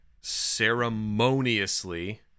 ceremoniously